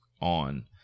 on